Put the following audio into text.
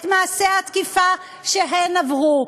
את מעשי התקיפה שהן עברו.